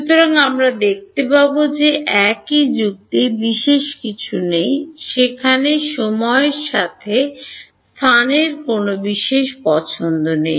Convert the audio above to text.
সুতরাং আমরা দেখতে পাব যে একই যুক্তি বিশেষ কিছু নেই সেখানে সময়ের সাথে স্থানের কোনও বিশেষ পছন্দ নেই